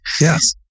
yes